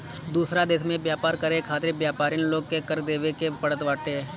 दूसरा देस में व्यापार करे खातिर व्यापरिन लोग के कर देवे के पड़त बाटे